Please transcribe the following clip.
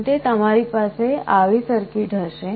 અંતે તમારી પાસે આવી સર્કિટ હશે